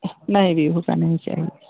नहीं का नहीं चाहिए